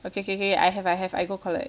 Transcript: okay K K I have I have I go collect